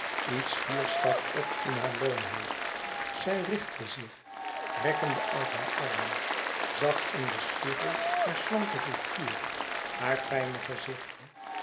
iets fiers stak op in hare loomheid zij richtte zich rekkendeuit hare armen zag in den spiegel haar slanke figuur haar fijne gezichtje